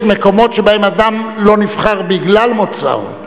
יש מקומות שבהם אדם לא נבחר בגלל מוצאו,